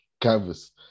canvas